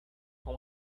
com